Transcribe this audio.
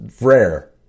rare